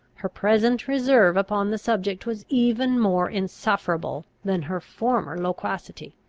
her present reserve upon the subject was even more insufferable than her former loquacity.